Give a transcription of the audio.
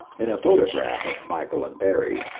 in a photograph of michael and barrie,